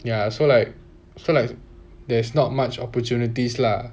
ya so like so like there's not much opportunities lah